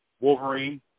Wolverine